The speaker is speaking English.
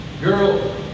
Girl